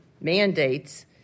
mandates